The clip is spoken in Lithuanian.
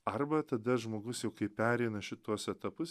arba tada žmogus jau kai pereina šituos etapus